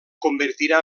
convertirà